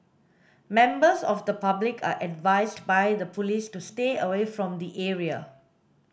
members of the public are advised by the police to stay away from the area